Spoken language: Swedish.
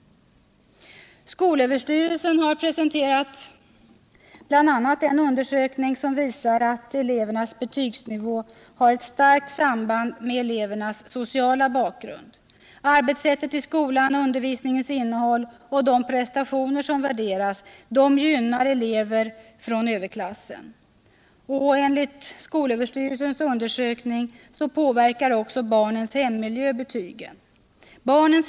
Skolöverstyrelsen har presenterat en undersökning som visar att elevernas betygsnivå har ett starkt samband med deras sociala bakgrund. Arbetssättet i skolan, undervisningens innehåll och de prestationer som värderas gynnar elever från överklassen. Enligt samma undersökning påverkar också barnens hemmiljö betygen.